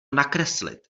nakreslit